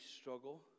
struggle